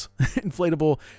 inflatable